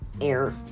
air